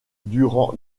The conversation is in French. durant